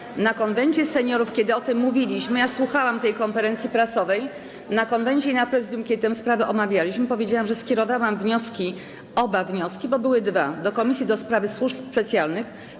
Na posiedzeniu Konwentu Seniorów, kiedy o tym mówiliśmy, ja słuchałam tej konferencji prasowej, na posiedzeniu Konwentu i Prezydium, kiedy tę sprawę omawialiśmy, powiedziałam, że skierowałam wnioski - oba wnioski, bo były dwa - do Komisji do Spraw Służb Specjalnych.